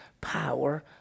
power